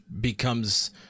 becomes